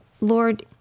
Lord